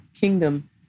Kingdom